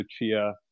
Lucia